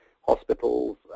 hospitals